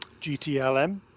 GTLM